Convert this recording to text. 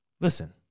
listen